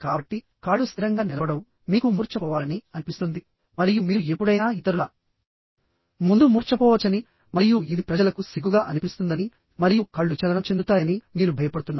కాబట్టి కాళ్ళు స్థిరంగా నిలబడవు మీకు మూర్ఛపోవాలని అనిపిస్తుంది మరియు మీరు ఎప్పుడైనా ఇతరుల ముందు మూర్ఛపోవచ్చని మరియు ఇది ప్రజలకు సిగ్గుగా అనిపిస్తుందని మరియు కాళ్ళు చలనం చెందుతాయని మీరు భయపడుతున్నారు